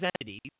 entities